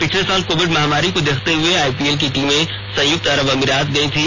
पिछले साल कोविड महामारी को देखते हुए आईपीएल की टीमें संयुक्त अरब अमारात गई थी